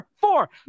four